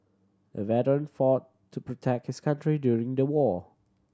the veteran fought to protect his country during the war